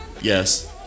yes